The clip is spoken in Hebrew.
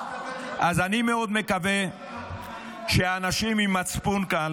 אני מאוד מקווה שהאנשים עם מצפון כאן,